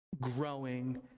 growing